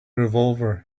revolver